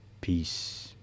Peace